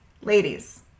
Ladies